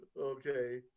okay